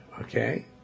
okay